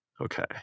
Okay